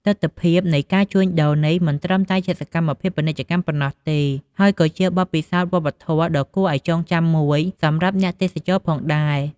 ទិដ្ឋភាពនៃការជួញដូរនេះ មិនត្រឹមតែជាសកម្មភាពពាណិជ្ជកម្មប៉ុណ្ណោះទេ ហើយក៏ជាបទពិសោធន៍វប្បធម៌ដ៏គួរឱ្យចងចាំមួយសម្រាប់អ្នកទេសចរណ៍ផងដែរ។